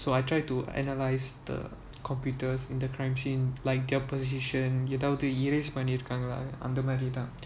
so I try to analyze the computers in the crime scene like their position ஏதாவது:ethaavathu use பண்ணிருக்காங்களா அந்த மாதிரி தான்:pannirukaangalaa antha maathiri thaan